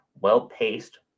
well-paced